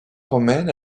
romaine